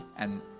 and